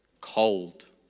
cold